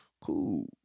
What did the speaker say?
Cool